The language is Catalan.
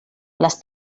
les